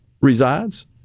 resides